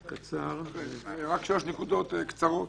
שלוש נקודות קצרות.